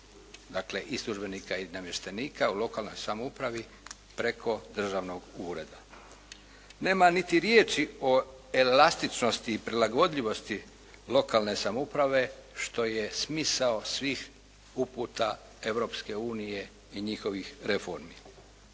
dakle i službenika i namještenika u lokalnoj samoupravi preko državnog ureda. Nema niti riječi o elastičnosti i prilagodljivosti lokalne samouprave, što je smisao svih uputa Europske unije i njihovih reformi.